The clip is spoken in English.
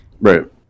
Right